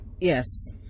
Yes